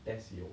test 有